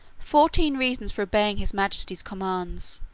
fourteen reasons for obeying his majesty's commands,